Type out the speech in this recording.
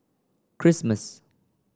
Christmas